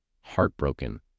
heartbroken